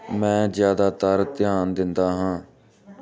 ਮੈਂ ਜ਼ਿਆਦਾਤਰ ਧਿਆਨ ਦਿੰਦਾ ਹਾਂ